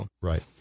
Right